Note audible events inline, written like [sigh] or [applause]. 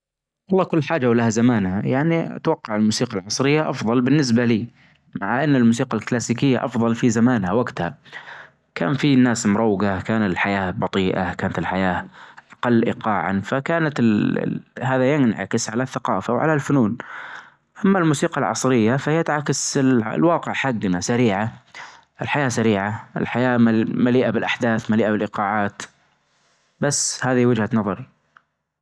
والله كل حاجة ولها زمانها يعني اتوقع الموسيقى العصرية افظل بالنسبة لي مع ان الموسيقى الكلاسيكية افظل في زمانها وقتها كان في ناس مروجة كان الحياة بطيئة كانت الحياة اقل ايقاعا فكانت [hesitation] هذا ينعكس على الثقافة وعلى الفنون. اما الموسيقى العصرية فهي تعكس الواقع حدنا سريعة الحياة سريعة الحياة مليئة بالاحداث مليئة بالايقاعات بس هذي وجهة نظري.